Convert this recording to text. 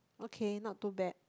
okay not too bad